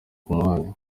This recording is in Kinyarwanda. kumwakira